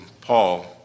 Paul